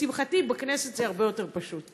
לשמחתי, בכנסת זה הרבה יותר פשוט.